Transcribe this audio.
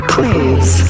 Please